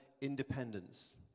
independence